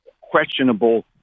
questionable –